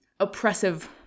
oppressive